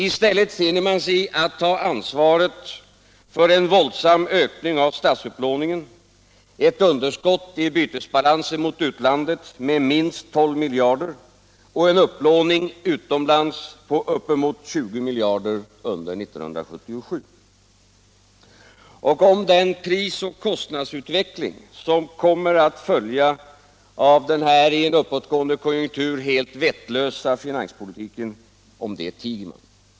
I stället finner man sig i att ta ansvaret för en våldsam ökning av statsupplåningen, ett underskott i bytesbalansen mot utlandet på minst 12 miljarder och en upplåning utomlands på uppemot 20 miljarder under 1977. Om den prisoch kostnadsutveckling som kommer att följa av denna i en uppåtgående konjunktur helt vettlösa finanspolitik tiger man.